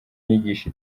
inyigisho